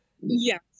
Yes